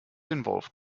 involve